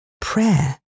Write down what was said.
Prayer